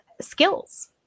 skills